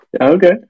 Okay